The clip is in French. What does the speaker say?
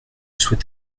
souhaite